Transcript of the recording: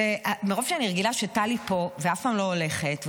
מרוב שאני רגילה שטלי פה ואף פעם לא הולכת,